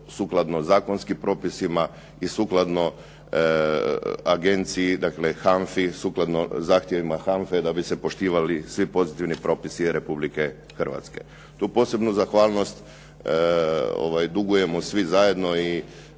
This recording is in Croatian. sukladno zakonskim propisima i sukladno agenciji, dakle HANFA-i, sukladno zahtjevima HANFA-e da bi se poštivali svi pozitivni propisi Republike Hrvatske. Tu posebnu zahvalnost dugujemo svi zajedno i